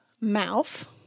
mouth